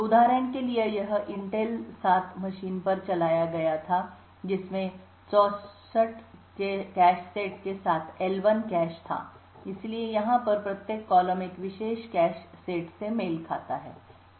तो उदाहरण के लिए यह एक इंटेल i7 मशीन पर चलाया गया था जिसमें 64 कैश सेट के साथ L1 कैश था इसलिए यहां पर प्रत्येक कॉलम एक विशेष कैश सेट से मेल खाता है